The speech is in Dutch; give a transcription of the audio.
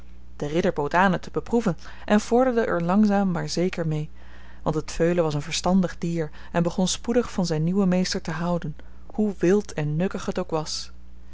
de ridder bood aan het te beproeven en vorderde er langzaam maar zeker mee want het veulen was een verstandig dier en begon spoedig van zijn nieuwen meester te houden hoe wild en nukkig het ook was